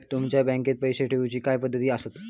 तुमच्या बँकेत पैसे ठेऊचे काय पद्धती आसत?